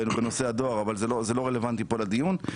אבל זה לא רלוונטי לדיון כאן.